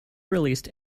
released